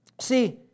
See